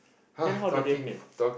then how do they play